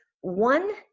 One